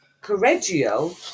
Correggio